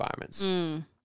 environments